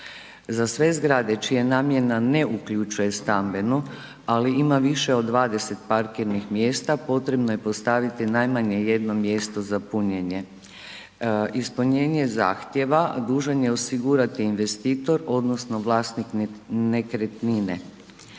Za sve zgrade čija namjena ne uključuje stambeno, ali ima više od 20 parkirnih mjesta, potrebno je postaviti najmanje jedno mjesto za punjenje. Ispunjenje zahtjeva dužan je osigurati investitor odnosno vlasnik nekretnine.